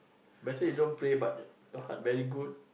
might as well you don't pray but your heart very good